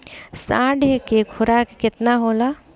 साँढ़ के खुराक केतना होला?